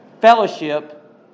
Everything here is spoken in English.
fellowship